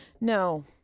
No